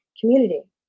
community